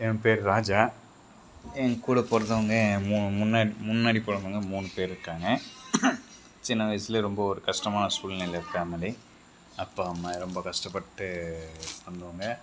என் பேர் ராஜா என் கூட பிறந்தவங்க முன் முன்னே முன்னாடி பிறந்தவங்க மூணு பேர் இருக்காங்க சின்ன வயசுலேயே ரொம்ப ஒரு கஷ்டமான சூழ்நிலையில் இருக்கிற ஃபேமிலி அப்பா அம்மா ரொம்ப கஷ்டப்பட்டு வந்தவங்க